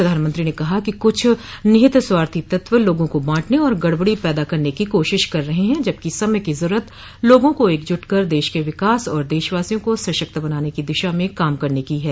प्रधानमंत्री ने कहा है कि कुछ निहित स्वार्थी तत्व लोगों को बांटने और गड़बड़ी पैदा करने की कोशिश कर रहे हैं जबकि समय की जरूरत लोगों को एकजुट कर देश के विकास और देशवासियों को सशक्त बनाने की दिशा में काम करने की है